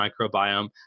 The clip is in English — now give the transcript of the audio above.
microbiome